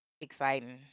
exciting